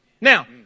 Now